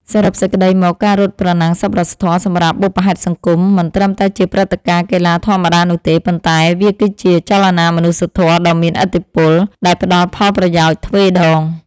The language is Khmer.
សរុបសេចក្ដីមក ការរត់ប្រណាំងសប្បុរសធម៌សម្រាប់បុព្វហេតុសង្គម មិនត្រឹមតែជាព្រឹត្តិការណ៍កីឡាធម្មតានោះទេ ប៉ុន្តែវាគឺជា ចលនាមនុស្សធម៌ដ៏មានឥទ្ធិពល ដែលផ្តល់ផលប្រយោជន៍ទ្វេដង។